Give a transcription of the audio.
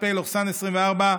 2022,